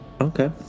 Okay